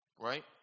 Right